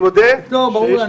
זה ברור,